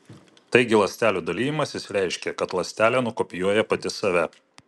taigi ląstelių dalijimasis reiškia kad ląstelė nukopijuoja pati save